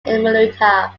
emulator